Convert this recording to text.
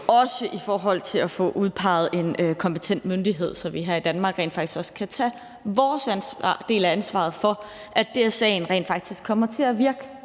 også i forhold til at få udpeget en kompetent myndighed, så vi her i Danmark rent faktisk også kan tage vores del af ansvaret for, at DSA'en rent faktisk kommer til at virke